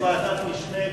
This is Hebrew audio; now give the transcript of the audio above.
אחרי ההצבעה נחליט.